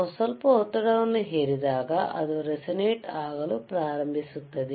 ನಾವು ಸ್ವಲ್ಪ ಒತ್ತಡವನ್ನು ಹೇರಿದಾಗ ಅದು ರೇಸೋನಟ್ ಆಗಲು ಪ್ರಾರಂಭಿಸುತ್ತದೆ